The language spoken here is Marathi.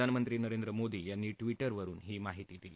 प्रधानमंत्री नरेंद्र मोदी यांनी ट्विटरवरून ही माहिती दिली